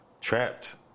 Trapped